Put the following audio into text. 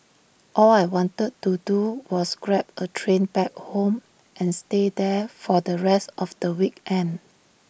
all I wanted to do was grab A train back home and stay there for the rest of the week end